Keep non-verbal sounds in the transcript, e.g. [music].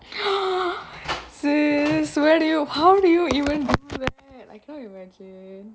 [breath] serious where do you how do you even know that I can't imagine